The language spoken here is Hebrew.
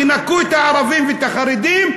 תנכו את הערבים והחרדים,